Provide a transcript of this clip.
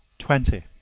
twenty.